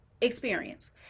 experience